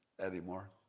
anymore